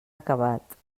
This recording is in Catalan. acabat